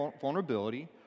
vulnerability